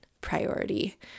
priority